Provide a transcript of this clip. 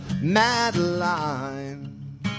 Madeline